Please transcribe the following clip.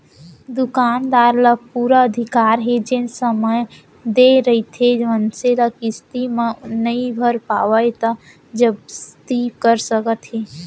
दुकानदार ल पुरा अधिकार हे जेन समान देय रहिथे मनसे ल किस्ती म नइ भर पावय त जब्ती कर सकत हे